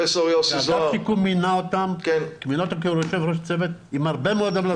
אגף שיקום מינה אותם כיושב ראש צוות עם הרבה מאוד המלצות,